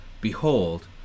Behold